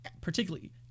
particularly